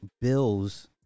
bills